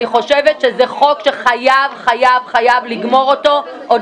אני חושבת שזה חוק שחייבים לגמור אותו עוד